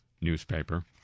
newspaper